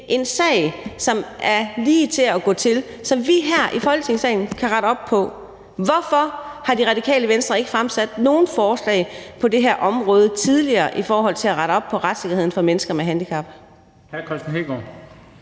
en sag, som er lige til at gå til, og som vi her i Folketingsalen kan rette op på. Hvorfor har Det Radikale Venstre ikke tidligere fremsat nogen forslag på det her område i forhold til at rette op på retssikkerheden for mennesker med handicap?